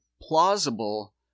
plausible